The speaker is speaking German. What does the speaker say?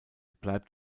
bleibt